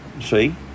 See